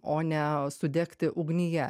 o ne sudegti ugnyje